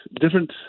different